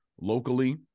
locally